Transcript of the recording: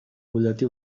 butlletí